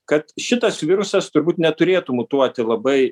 kad šitas virusas turbūt neturėtų mutuoti labai